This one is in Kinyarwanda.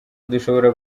tudashobora